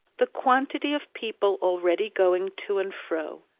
the quantity of people already going to and fro,